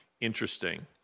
interesting